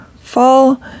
Fall